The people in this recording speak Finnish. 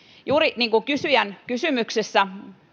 juuri niin kuin kysyjän kysymyksessä